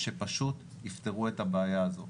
שפשוט יפתרו את הבעיה הזו.